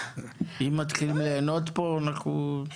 הייתה נתונה גם לשוטר וגם לפקח.